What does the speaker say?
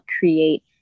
create